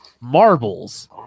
MARBLES